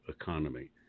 economy